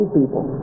people